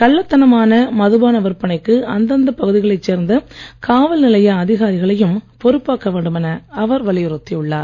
கள்ளத் தனமான மதுபான விற்பனைக்கு அந்தந்த பகுதிகளைச் சேர்ந்த காவல் நிலைய அதிகாரிகளையும் பொறுப்பாக்க வேண்டும் என அவர் வலியுறுத்தியுள்ளார்